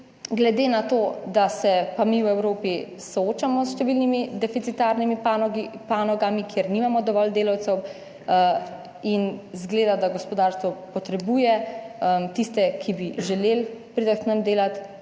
glede na to, da se pa mi v Evropi soočamo s številnimi deficitarnimi panogami, kjer nimamo dovolj delavcev in izgleda, da gospodarstvo potrebuje tiste, ki bi želeli priti k nam delat,